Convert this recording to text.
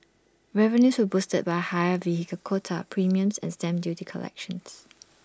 revenues were boosted by higher vehicle quota premiums and stamp duty collections